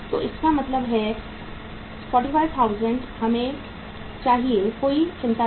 तो इसका मतलब है 45000 हमें चाहिए कोई चिंता नहीं